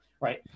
right